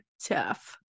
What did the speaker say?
tough